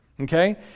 okay